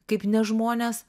kaip ne žmones